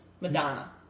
Madonna